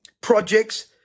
projects